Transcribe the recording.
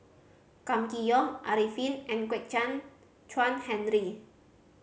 Kam Kee Yong Arifin and Kwek Chuan Henry